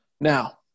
Now